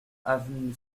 avenue